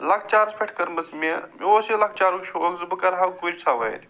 لۄکچارس پٮ۪ٹھ کٔرمٕژ مےٚ مےٚ اوس یہِ لۄکچارُک شوق زٕ بہٕ کرہا گُرۍ سوٲرۍ